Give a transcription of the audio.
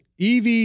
EV